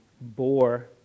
bore